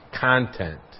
content